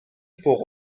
فوق